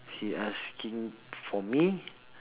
he asking for me